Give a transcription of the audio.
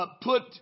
put